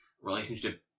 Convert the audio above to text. relationship